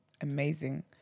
Amazing